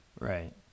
Right